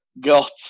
got